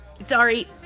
Sorry